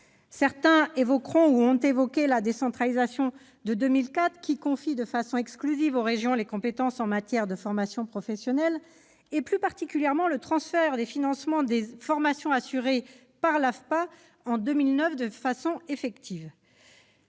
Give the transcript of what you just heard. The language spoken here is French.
Certains évoquent la décentralisation de 2004, qui confie de façon exclusive aux régions les compétences en matière de formation professionnelle, plus particulièrement le transfert des financements des formations assurées par l'AFPA, devenu effectif